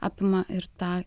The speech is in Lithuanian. apima ir tą